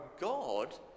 God